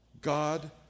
God